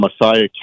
Messiah